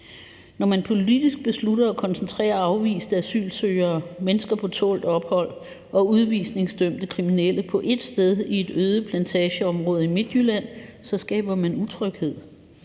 Når man politisk beslutter at koncentrere afviste asylsøgere, mennesker på tålt ophold og udvisningsdømte kriminelle på ét sted i et øde plantageområde i Midtjylland, så skaber man utryghed.